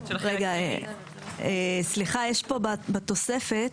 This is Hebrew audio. רגע, סליחה, יש פה בתוספת,